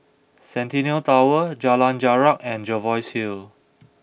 Centennial Tower Jalan Jarak and Jervois Hill